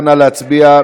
נא להצביע.